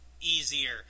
easier